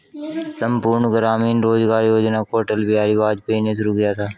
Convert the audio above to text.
संपूर्ण ग्रामीण रोजगार योजना को अटल बिहारी वाजपेयी ने शुरू किया था